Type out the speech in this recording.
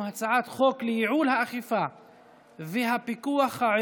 ההצעה מתקבלת בקריאה ראשונה ועוברת להמשך דיון בוועדת החוקה,